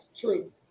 true